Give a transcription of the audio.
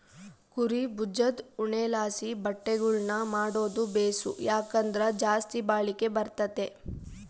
ಕುರೀ ಬುಜದ್ ಉಣ್ಣೆಲಾಸಿ ಬಟ್ಟೆಗುಳ್ನ ಮಾಡಾದು ಬೇಸು, ಯಾಕಂದ್ರ ಜಾಸ್ತಿ ಬಾಳಿಕೆ ಬರ್ತತೆ